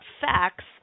facts